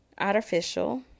artificial